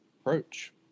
approach